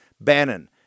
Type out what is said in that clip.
Bannon